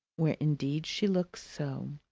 where indeed she looks so.